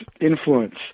influence